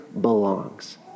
belongs